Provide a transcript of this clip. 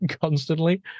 constantly